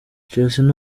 chelsea